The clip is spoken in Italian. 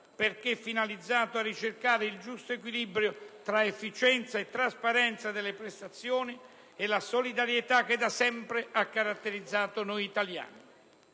perché finalizzato a ricercare il giusto equilibrio tra efficienza e trasparenza delle prestazioni e la solidarietà che da sempre ha caratterizzato noi italiani.